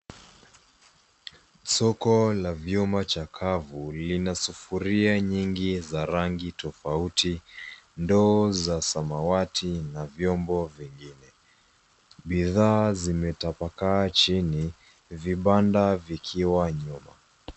Soko la vyuma chakavu lina sufuria nyingi za rangi tofauti , ndoo za samawati na vyombo vingine. Bidhaa zimetapakaa chini, vibanda vikiwa nyuma.